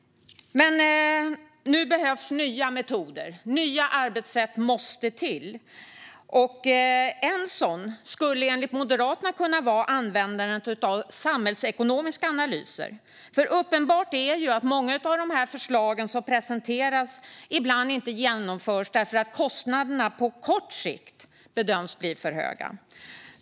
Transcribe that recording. Nu behövs nya metoder. Nya arbetssätt måste till. Ett sådant skulle enligt Moderaterna kunna vara användandet av samhällsekonomiska analyser. Uppenbart är ju att många av de förslag som presenteras ibland inte genomförs därför att kostnaderna på kort sikt bedöms bli för höga.